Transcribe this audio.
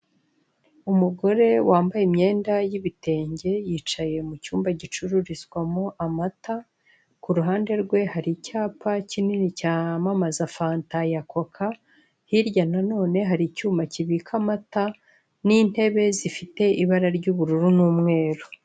Umugore wambaye imyenda y'ibitenge yicaye mu cyumba gicururizwamo amata ku ruhande rwe hari icyapa kinini cyamamaza fanta ya koka hirya nanone hari icyuma kibika amata n'intebe zifite ibara ry'ubururu n'umweru.